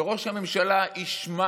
שראש הממשלה ישמע